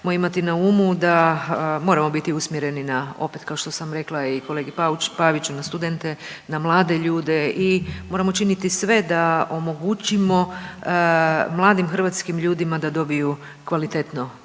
da moramo biti usmjeri na opet kao što sam rekla i kolegi Paviću na studente, na mlade ljude i moramo činiti sve da omogućimo mladim hrvatskim ljudima da dobiju kvalitetno